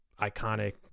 iconic